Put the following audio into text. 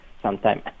sometime